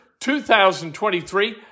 2023